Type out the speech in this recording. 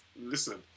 Listen